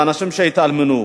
באנשים שהתאלמנו.